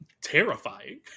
terrifying